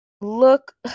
look